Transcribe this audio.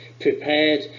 prepared